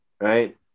Right